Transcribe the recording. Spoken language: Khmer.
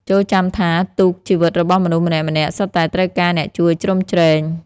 ចូរចាំថា ទូកជីវិតរបស់មនុស្សម្នាក់ៗ សុទ្ធតែត្រូវការអ្នកជួយជ្រោមជ្រែង។